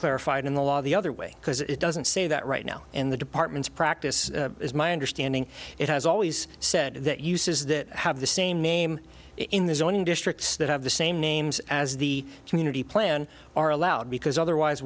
clarified in the law the other way because it doesn't say that right now in the departments practice is my understanding it has always said that uses that have the same name in the zoning districts that have the same names as the community plan are allowed because otherwise